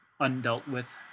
undealt-with